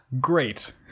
great